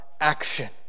action